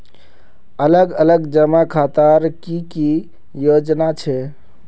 अलग अलग जमा खातार की की योजना छे?